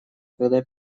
когда